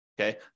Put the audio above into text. okay